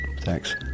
Thanks